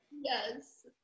yes